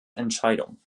entscheidung